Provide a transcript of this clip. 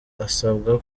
asabwa